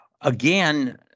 Again